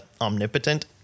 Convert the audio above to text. omnipotent